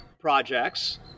projects